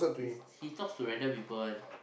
he talks to random people one